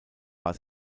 war